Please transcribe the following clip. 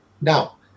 Now